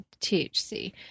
THC